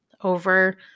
over